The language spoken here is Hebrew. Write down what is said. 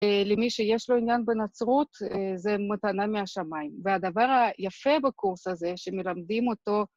למי שיש לו עניין בנצרות, זה מתנה מהשמיים. והדבר היפה בקורס הזה, שמלמדים אותו,